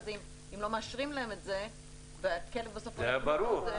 זה ברור.